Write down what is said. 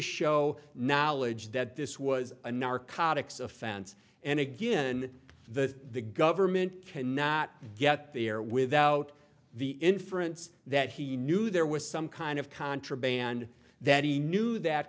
show knowledge that this was a narcotics offense and again the government cannot get there without the inference that he knew there was some kind of contraband that he knew that